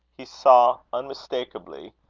he saw, unmistakeably,